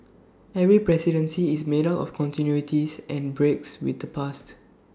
every presidency is made up of continuities and breaks with the past